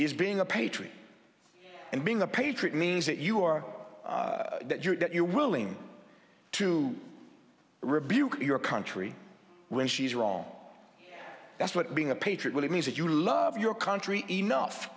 is being a patriot and being a patriot means that you are that you're willing to rebuke your country when she's wrong that's what being a patriot when it means that you love your country enough